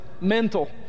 mental